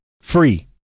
free